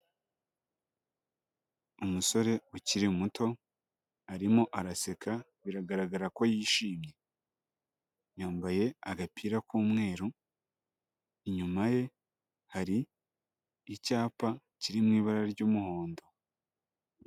Umusore ukiri muto, arimo araseka, biragaragara ko yishimye. Yambaye agapira k'umweru, inyuma ye hari icyapa kiri mu ibara ry'umuhondo.